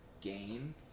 game